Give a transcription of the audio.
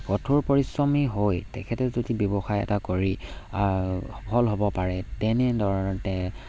কঠোৰ পৰিশ্ৰমী হৈ তেখেতে যদি ব্যৱসায় এটা কৰি সফল হ'ব পাৰে তেনেধৰণতে